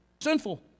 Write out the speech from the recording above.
sinful